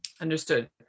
Understood